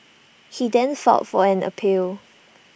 he then filed fall an appeal